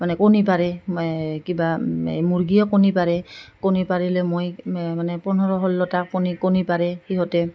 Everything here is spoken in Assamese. মানে কণী পাৰে কিবা মুৰ্গীয়ে কণী পাৰে কণী পাৰিলে মই মানে পোন্ধৰ ষোল্লতা কণী কণী পাৰে সিহঁতে